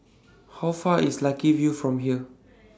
How Far IS Lucky View from here